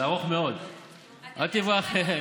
האם הוא יודע מה אחוז העובדים,